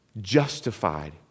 justified